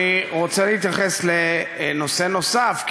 אני רוצה להתייחס לנושא נוסף,